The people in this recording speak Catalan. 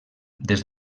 des